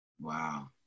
Wow